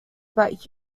about